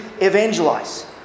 evangelize